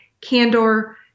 candor